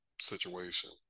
situation